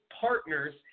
partners